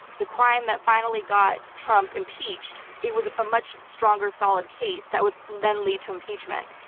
the crime that finally got trump impeached, it was a much stronger, solid case that would then lead to impeachment.